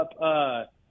up